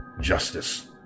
justice